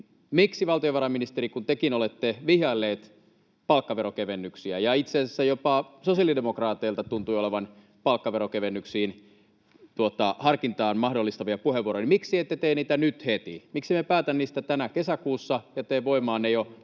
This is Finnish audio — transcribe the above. kun, valtiovarainministeri, tekin olette vihjaillut palkkaverokevennyksistä — ja itse asiassa jopa sosiaalidemokraateilla tuntui olevan palkkaverokevennyksien harkintaan mahdollistavia puheenvuoroja — niin miksi ette tee niitä nyt heti? Miksi emme päätä niistä kesäkuussa ja tee voimaan niitä